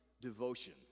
devotion